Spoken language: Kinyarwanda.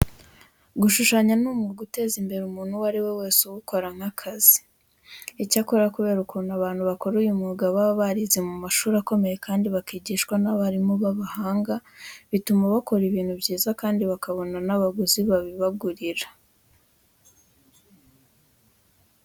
Gushushanya ni umwuga uteza imbere umuntu uwo ari we wese uwukora nk'akazi. Icyakora kubera ukuntu abantu bakora uyu mwuga baba barize mu mashuri akomeye kandi bakigishwa n'abarimu b'abahanga, bituma bakora ibintu byiza kandi bakabona n'abaguzi babibagurira.